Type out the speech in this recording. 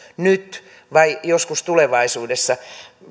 nyt vai joskus tulevaisuudessa